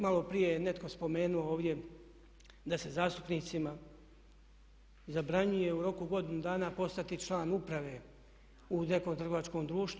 Maloprije je netko spomenuo ovdje da se zastupnicima zabranjuje u roku godine dana postati član uprave u nekom trgovačkom društvu.